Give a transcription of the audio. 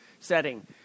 setting